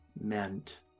meant